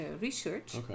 research